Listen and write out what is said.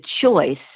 choice